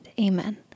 Amen